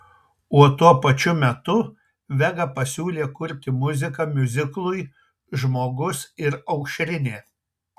o tuo pačiu metu vega pasiūlė kurti muziką miuziklui žmogus ir aušrinė